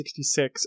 66